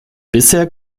bisher